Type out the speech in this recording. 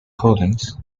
collins